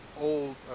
old